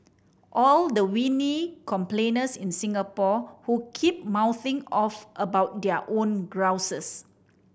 all the whiny complainers in Singapore who keep mouthing off about their own grouses